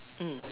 mm